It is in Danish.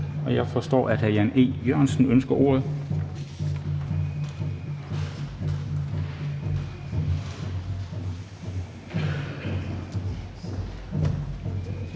Jeg forstår, at hr. Jan E. Jørgensen ønsker ordet.